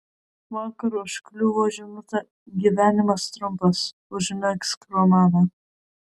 vakar užkliuvo žinutė gyvenimas trumpas užmegzk romaną